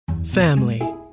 family